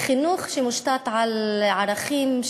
חינוך שמושתת על ערכים,